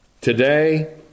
Today